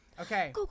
Okay